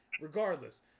Regardless